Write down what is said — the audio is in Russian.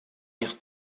них